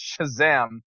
Shazam